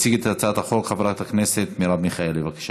תציג את הצעת החוק חברת הכנסת מרב מיכאלי, בבקשה.